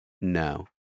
No